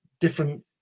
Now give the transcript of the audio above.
different